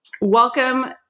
Welcome